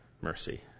mercy